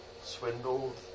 swindled